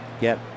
get